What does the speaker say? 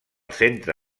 centre